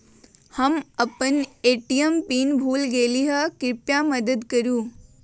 हम अपन ATM pin भूल गेली ह, कृपया मदत करू